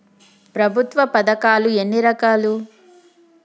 ప్రభుత్వ పథకాలు ఎన్ని రకాలు?